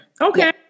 Okay